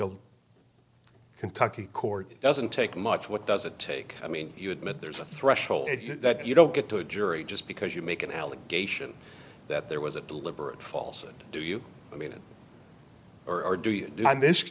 think kentucky court doesn't take much what does it take i mean you admit there's a threshold that you don't get to a jury just because you make an allegation that there was a deliberate false and do you mean it or do you do